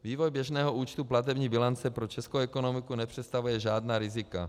Vývoj běžného účtu platební bilance pro českou ekonomiku nepředstavuje žádná rizika.